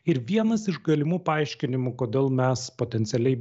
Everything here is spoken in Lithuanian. ir vienas iš galimų paaiškinimų kodėl mes potencialiai